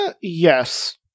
yes